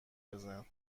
بزن